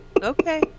Okay